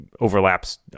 overlaps